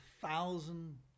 thousand